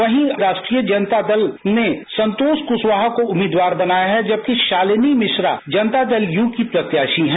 वहीं राष्ट्रीय जनता दल ने संतोष कुशवाहा को उम्मीदवार बनाया है जबकि शालिनी मिश्रा जनता दल यूनाइटेड की प्रत्याशी हैं